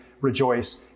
rejoice